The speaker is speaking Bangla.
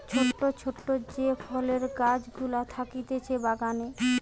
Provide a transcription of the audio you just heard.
ছোট ছোট যে ফলের গাছ গুলা থাকতিছে বাগানে